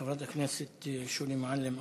חברת הכנסת שולי מועלם,